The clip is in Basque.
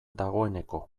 dagoeneko